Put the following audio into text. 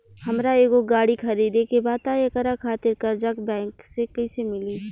हमरा एगो गाड़ी खरीदे के बा त एकरा खातिर कर्जा बैंक से कईसे मिली?